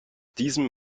diesem